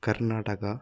Karnataka